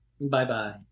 Bye-bye